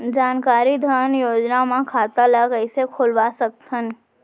जानकारी धन योजना म खाता ल कइसे खोलवा सकथन?